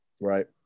Right